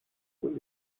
when